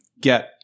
get